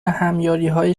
همیاریهای